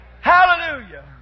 Hallelujah